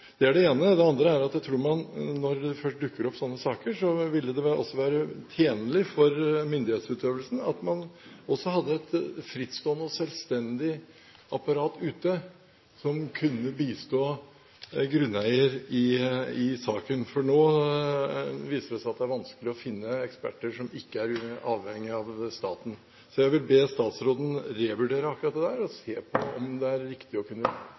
Det er det ene. Det andre er at jeg tror at når det først dukker opp slike saker, ville det også være tjenlig for myndighetsutøvelsen om man hadde et frittstående og selvstendig apparat ute som kunne bistå grunneier i saken, for nå viser det seg at det er vanskelig å finne eksperter som ikke er avhengig av staten. Så jeg vil be statsråden revurdere akkurat dette og se på om det er riktig å kunne